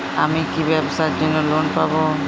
আমি কি ব্যবসার জন্য লোন পাব?